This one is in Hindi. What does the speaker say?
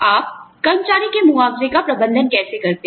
आप कर्मचारी के मुआवजे का प्रबंधन कैसे करते हैं